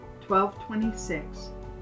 1226